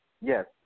Yes